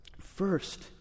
first